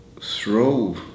throw